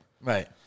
Right